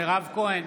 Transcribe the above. מירב כהן,